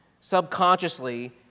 subconsciously